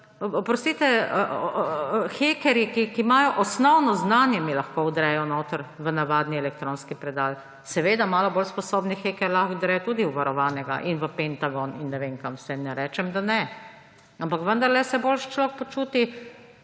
oprostite, hekerji, ki imajo osnovno znanje, mi lahko vdrejo v navadni elektronski predal. Seveda, malo bolj sposoben heker lahko vdre tudi v varovanega in v Pentagon in ne vem, kam vse, ne rečem, da ne. Ampak vendarle se boljše človek počuti,